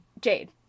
Jade